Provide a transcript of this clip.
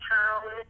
town